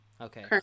Okay